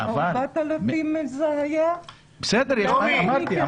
--- 4,000 זה היה --- בסדר, אמרתי.